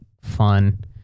fun